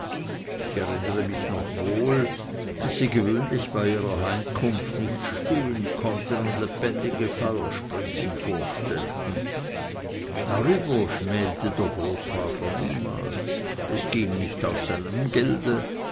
ich erinnere mich noch wohl daß sie gewöhnlich bei ihrer heimkunft nicht stehen konnten und lebendige feuerspritzen vorstellten darüber schmälte der großvater niemals es ging nicht aus seinem gelde